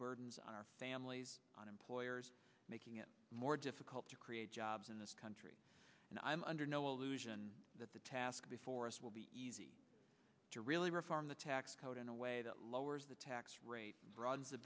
burdens on our families on employers making it more difficult to create jobs in this country and i'm under no illusion that the task before us will be easy to really reform the tax code in a way that lowers the tax rate broadens the